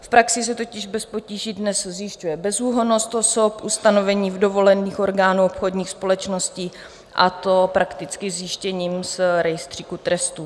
V praxi se totiž bez potíží dnes zjišťuje bezúhonnost osob, ustanovení v dovoleních orgánů obchodních společností, a to prakticky zjištěním z rejstříku trestů.